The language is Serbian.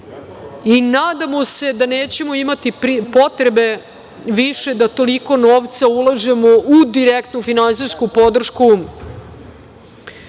Nadamo se da nećemo imati potrebe više da toliko novca ulažemo u direktnu finansijsku podršku